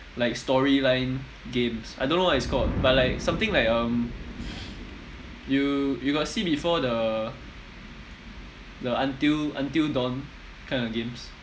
like story line games I don't know what it's called but like something like um you you got see before the the until until dawn kind of games